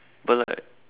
but like